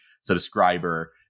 subscriber